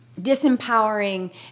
disempowering